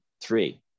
three